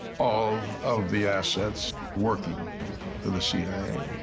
all of the assets working for the cia.